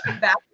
back